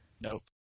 Nope